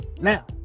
now